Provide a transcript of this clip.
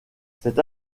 cette